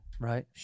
Right